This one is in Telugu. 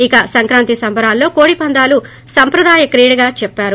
ఇక సంక్రాంతి సంబరాల్లో కోడి పందాలు సంప్రదాయ క్రీడగా చెప్పారు